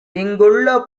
இங்குள்ள